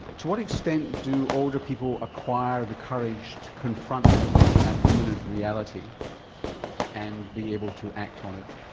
to what extent do older people acquire the courage to confront that imminent reality and be able to act on it,